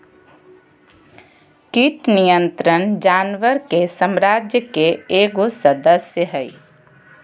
कीट नियंत्रण जानवर के साम्राज्य के एगो सदस्य हइ